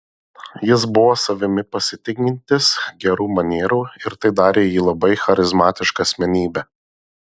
jis buvo savimi pasitikintis gerų manierų ir tai darė jį labai charizmatiška asmenybe